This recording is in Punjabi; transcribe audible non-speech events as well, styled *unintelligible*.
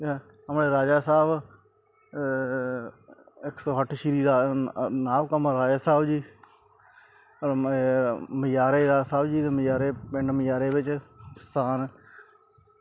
*unintelligible* ਆਪਣੇ ਰਾਜਾ ਸਾਹਿਬ ਇੱਕ ਸੌੌੌੌ ਅੱਠ ਸ਼੍ਰੀ ਨਾਭ ਨਾਭ ਕੰਵਲ ਰਾਜਾ ਸਾਹਿਬ ਜੀ ਮ ਮਜ਼ਾਰੇ ਰਾਏ ਸਾਹਿਬ ਜੀ ਦੇ ਮਜ਼ਾਰੇ ਪਿੰਡ ਮਜ਼ਾਰੇ ਵਿੱਚ ਸਥਾਨ